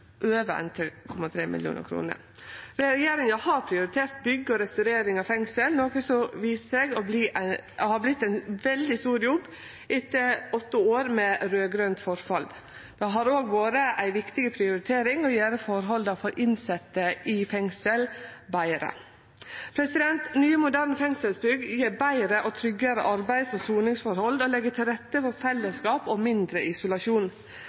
over 1,3 mrd. kr. Regjeringa har prioritert bygg og restaurering av fengsel, noko som har vist seg å ha vorte ein veldig stor jobb etter åtte år med raud-grønt forfall. Det har òg vore ei viktig prioritering å gjere forholda for innsette i fengsel betre. Nye, moderne fengselsbygg har betre og tryggare arbeids- og soningsforhold. Dei legg til rette for fellesskap og mindre isolasjon.